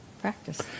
practice